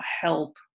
help